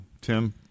Tim